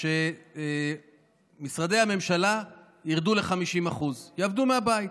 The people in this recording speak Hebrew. שמשרדי הממשלה ירדו ל-50%, יעבדו מהבית,